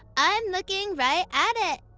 i'm looking right at it.